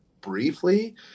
briefly